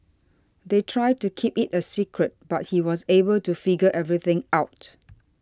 they tried to keep it a secret but he was able to figure everything out